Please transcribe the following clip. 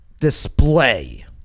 display